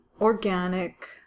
organic